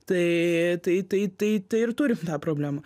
tai tai tai tai tai ir turim tą problemą